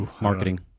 Marketing